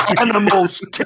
animal's